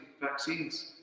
vaccines